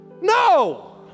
No